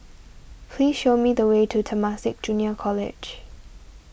please show me the way to Temasek Junior College